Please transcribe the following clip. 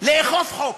לאכוף חוק.